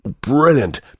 brilliant